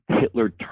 Hitler